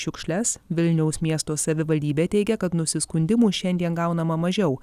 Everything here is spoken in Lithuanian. šiukšles vilniaus miesto savivaldybė teigia kad nusiskundimų šiandien gaunama mažiau